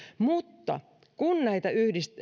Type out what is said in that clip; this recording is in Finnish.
mutta kun näitä